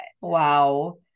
Wow